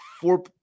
four